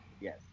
Yes